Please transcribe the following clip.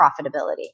profitability